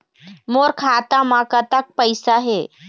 मोर खाता म कतक पैसा हे?